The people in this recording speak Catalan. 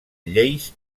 lleis